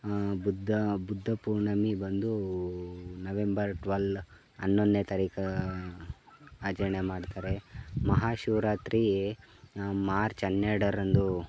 ಹಾಂ ಬುದ್ಧ ಬುದ್ಧ ಪೂರ್ಣಮಿ ಬಂದು November twelve ಹನ್ನೊಂದನೇ ತಾರೀಕು ಆಚರಣೆ ಮಾಡ್ತಾರೆ ಮಹಾಶಿವರಾತ್ರಿ ಮಾರ್ಚ್ ಹನ್ನೆರಡರಂದು